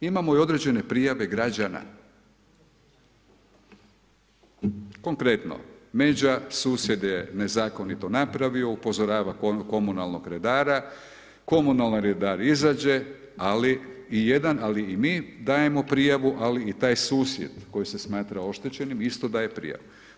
Imamo i određene prijave građana, konkretno međa susjed je nezakonito napravio upozorava komunalnog redara, komunalni redar izađe, ali i jedan ali i mi dajemo prijavu, ali i taj susjed koji se smatra oštećenim isto daje prijavu.